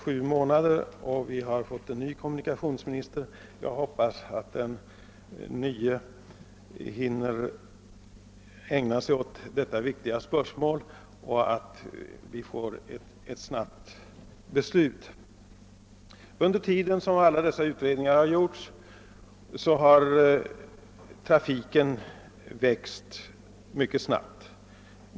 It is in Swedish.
Sedan dess har vi fått en ny kommunikationsminister, och jag hoppas att han hinner ägna sig åt denna viktiga fråga, så att vi kan få ett beslut snart. Under tiden som alla dessa utredningar arbetat har trafiken växt mycket snabbt.